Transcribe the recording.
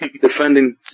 defending